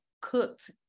cooked